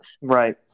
Right